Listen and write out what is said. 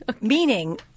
Meaning